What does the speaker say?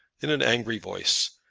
in an angry voice,